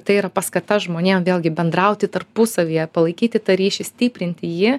tai yra paskata žmonėm vėlgi bendrauti tarpusavyje palaikyti tą ryšį stiprinti jį